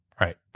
right